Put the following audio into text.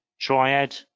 triad